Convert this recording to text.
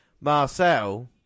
Marcel